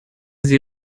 sie